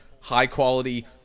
high-quality